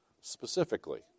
Specifically